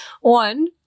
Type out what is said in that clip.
One